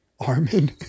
Armin